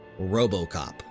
RoboCop